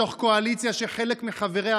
בתוך קואליציה שחלק מחבריה,